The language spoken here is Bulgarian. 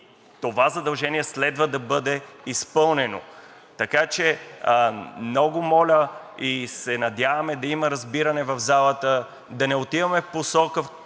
това задължение следва да бъде изпълнено. Така че много моля и се надяваме да има разбиране в залата да не отиваме в посока,